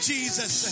Jesus